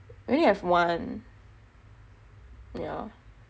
we only have one yah